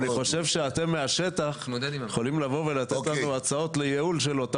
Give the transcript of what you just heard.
אני חושב שאתם מהשטח יכולים לבוא ולתת לנו הצעות לייעול.